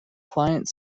client